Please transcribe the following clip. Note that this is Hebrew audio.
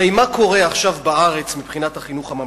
הרי מה קורה עכשיו בארץ מבחינת החינוך הממלכתי?